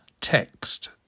text